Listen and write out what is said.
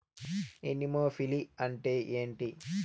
Anemophily అంటే ఏంటి?